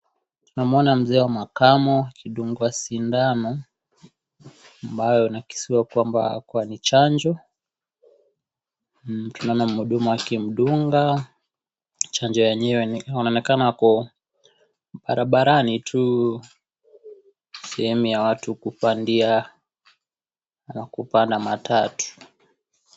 Tunamuona mzee wa makamo akidungwa sindano ambayo inaakisiwa kwamba kuwa ni chanjo, tunamuona muhudumu akimdunga chanjo yenyewe inaonekana ako barabarani tu sehemu ya watu kupandia na kupanda matatu.